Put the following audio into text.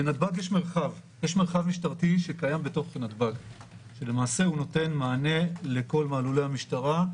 בנתב"ג יש מרחב משטרתי שקיים בתוך נתב"ג שנותן מענה לכל מעלולי המשטרה,